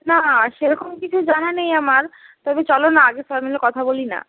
না সেরকম কিছু জানা নেই আমার তবে চলো না আগে সবাই মিলে কথা বলি না